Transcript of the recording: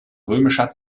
römischer